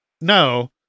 no